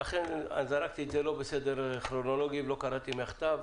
זרקתי את זה לא בסדר כרונולוגי ולא קראתי מהכתב,